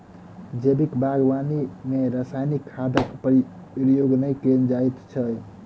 जैविक बागवानी मे रासायनिक खादक प्रयोग नै कयल जाइत छै